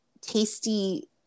tasty